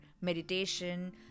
meditation